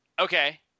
Okay